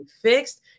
fixed